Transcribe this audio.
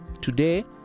Today